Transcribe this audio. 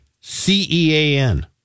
C-E-A-N